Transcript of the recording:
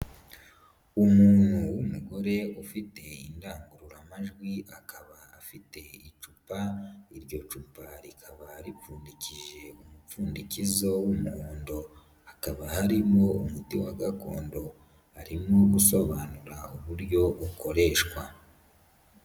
Umuntu w'umugore ufite indangururamajwi, akaba afite icupa, iryo cupa rikaba ripfundiki umupfundikizo w'umuhondo. Hakaba harimo umuti wa gakondo. Arimo gusobanura uburyo ukoreshwa.